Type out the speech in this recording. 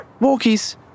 walkies